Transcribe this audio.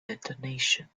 detonation